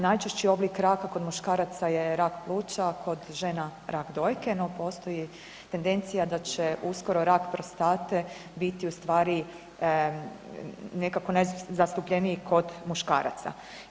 Najčešći oblik raka kod muškaraca je rak pluća, kod žena rak dojke, no postoji tendencija da će uskoro rak prostate biti ustvari nekako najzastupljeniji kod muškaraca.